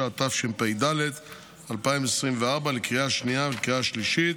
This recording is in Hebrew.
9), התשפ"ד 2024, לקריאה השנייה ולקריאה השלישית.